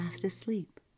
asleep